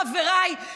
חבריי,